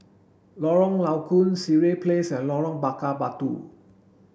Lorong Low Koon Sireh Place and Lorong Bakar Batu